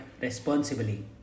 responsibly